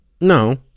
No